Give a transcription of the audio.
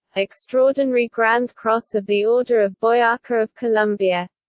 extraordinary grand cross of the order of boyaca of colombia